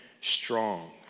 strong